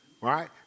right